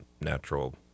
natural